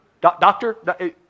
Doctor